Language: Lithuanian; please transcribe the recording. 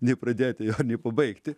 nei pradėti jo nei pabaigti